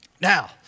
Now